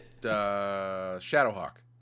Shadowhawk